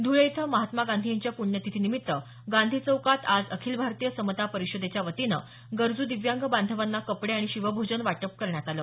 ध्वळे इथं महात्मा गांधी यांच्या प्ण्यतिथीनिमित्त गांधी चौकात आज अखिल भारतीय समता परिषदेच्या वतीनं गरजू दिव्यांग बांधवांना कपडे आणि शिव भोजन वाटप करण्यात आलं